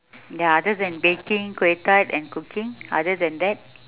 ya other than baking kueh tart and cooking other than that